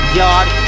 yard